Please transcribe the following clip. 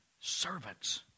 servants